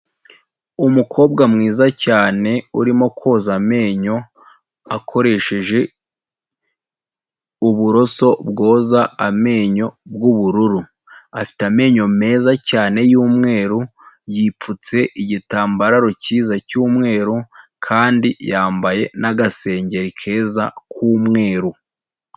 Umukobwa mwiza cyane urimo koza amenyo akoresheje uburoso bwoza amenyo bw’ubururu, afite amenyo meza cyane y’umweru, yipfutse igitambaro cyiza cy’umweru kandi yambaye n'agasengeri keza k'umweru.